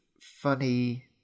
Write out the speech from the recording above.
funny